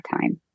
time